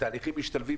תהליכים משתלבים,